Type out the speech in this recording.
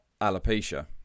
alopecia